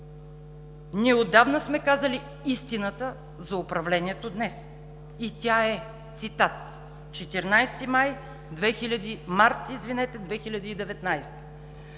Ние отдавна сме казали истината за управлението днес и тя е, цитат: „14 март 2019